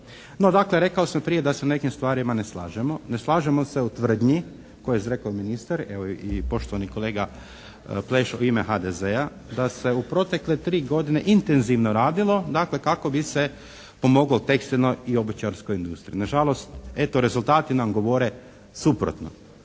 No, dakle, rekao sam prije da se s nekim stvarima ne slažemo. Ne slažemo se u tvrdnji koju je izrekao ministar, evo i poštovani kolega Plešo u ime HDZ-a, da se u protekle 3 godine intenzivno radilo, dakle, kako bi se pomoglo tekstilnoj i obućarskoj industriji. Nažalost, eto, rezultati nam govore suprotno.